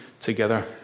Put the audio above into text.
together